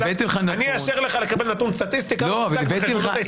הבאתי לך נתון --- אני אאשר לך לקבל נתון סטטיסטי --- כבוד היו"ר,